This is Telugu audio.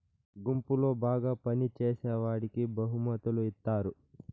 గుంపులో బాగా పని చేసేవాడికి బహుమతులు ఇత్తారు